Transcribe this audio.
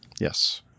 Yes